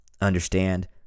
understand